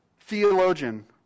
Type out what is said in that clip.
theologian